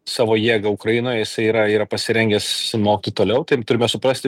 savo jėgą ukrainoje yra yra pasirengęs smogti toliau taip turime suprasti